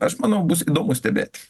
aš manau bus įdomu stebėti